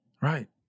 right